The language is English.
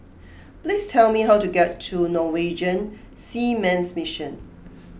please tell me how to get to Norwegian Seamen's Mission